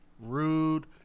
rude